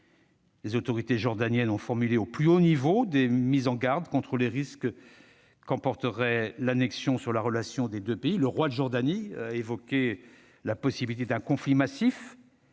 Les autorités jordaniennes ont formulé, au plus haut niveau, des mises en garde contre les risques qu'emporterait l'annexion sur la relation des deux pays. Le Roi de Jordanie a évoqué la possibilité d'un « conflit massif